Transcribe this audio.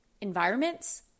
environments